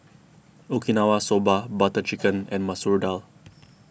Okinawa Soba Butter Chicken and Masoor Dal